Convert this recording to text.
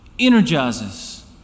energizes